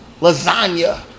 Lasagna